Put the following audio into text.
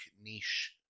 niche